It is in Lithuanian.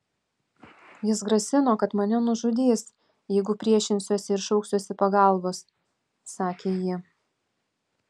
jis grasino kad mane nužudys jeigu priešinsiuosi ir šauksiuosi pagalbos sakė ji